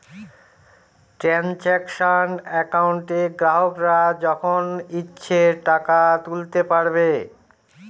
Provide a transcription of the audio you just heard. transaction একাউন্টে গ্রাহকরা যখন ইচ্ছে টাকা তুলতে পারবে